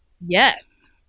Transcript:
Yes